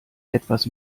etwas